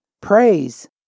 Praise